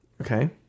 okay